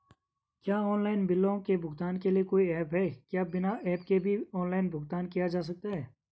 क्या ऑनलाइन बिलों के भुगतान के लिए कोई ऐप है क्या बिना ऐप के भी ऑनलाइन भुगतान किया जा सकता है?